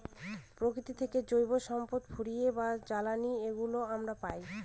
প্রকৃতি থেকে জৈব সম্পদ ফুয়েল বা জ্বালানি এগুলো আমরা পায়